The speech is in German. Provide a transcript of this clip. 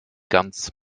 ganz